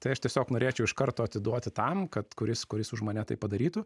tai aš tiesiog norėčiau iš karto atiduoti tam kad kuris kuris už mane tai padarytų